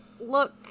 look